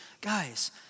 guys